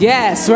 Yes